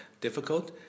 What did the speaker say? difficult